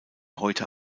heute